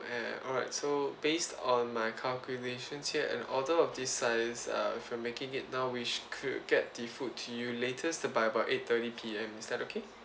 and alright so based on my calculations here an order of this size uh from making it now which could get the food to you latest by about eight thirty P_M is that okay